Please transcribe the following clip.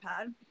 iPad